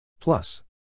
Plus